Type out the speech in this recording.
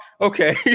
okay